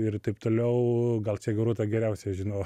ir taip toliau gal čia gerūta geriausia žino